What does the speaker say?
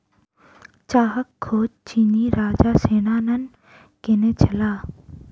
चाहक खोज चीनी राजा शेन्नॉन्ग केने छलाह